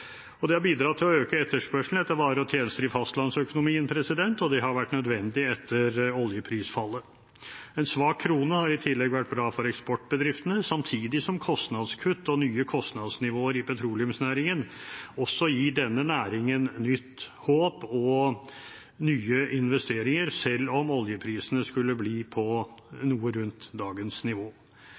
utviklingen. Det har bidratt til å øke etterspørselen etter varer og tjenester i fastlandsøkonomien, og det har vært nødvendig etter oljeprisfallet. En svak krone har i tillegg vært bra for eksportbedriftene, samtidig som kostnadskutt og nye kostnadsnivåer i petroleumsnæringen også gir denne næringen nytt håp og nye investeringer selv om oljeprisen skulle bli på noe rundt dagens nivå.